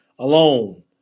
alone